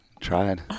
tried